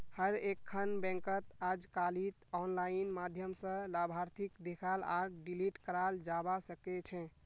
हर एकखन बैंकत अजकालित आनलाइन माध्यम स लाभार्थीक देखाल आर डिलीट कराल जाबा सकेछे